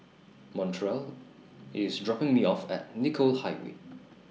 Montrell IS dropping Me off At Nicoll Highway